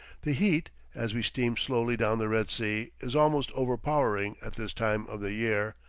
the heat, as we steam slowly down the red sea, is almost overpowering at this time of the year,